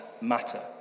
matter